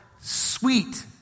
sweet